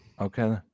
okay